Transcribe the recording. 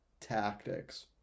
tactics